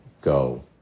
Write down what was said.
Go